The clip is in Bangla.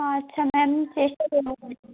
আচ্ছা ম্যাম চেষ্টা করবো